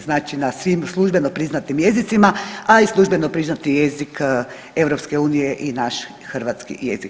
Znači na svim službeno priznatim jezicima, a i službeno priznati jezik EU je i naš hrvatski jezik.